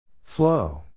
Flow